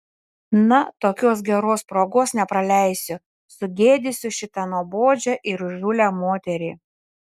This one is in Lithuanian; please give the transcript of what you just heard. na tokios geros progos nepraleisiu sugėdysiu šitą nuobodžią ir įžūlią moterį